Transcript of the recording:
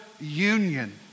union